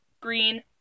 green